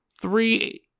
three